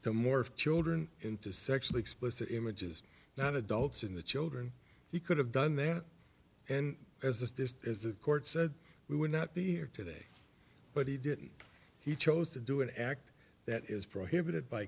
to morph children into sexually explicit images not adults in the children he could have done that and as the as the court said we would not be here today but he didn't he chose to do an act that is prohibited by